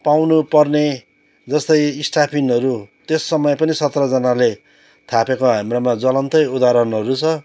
पाउनुपर्ने जस्तै स्टाफिनहरू त्यस समय पनि सत्रजनाले थापेको हाम्रोमा ज्वलन्तै उदाहरणहरू छ